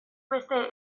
beste